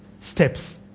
steps